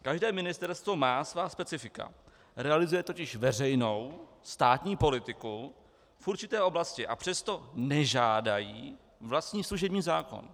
Každé ministerstvo má svá specifika, realizuje totiž veřejnou státní politiku v určité oblasti, a přesto nežádají vlastní služební zákon.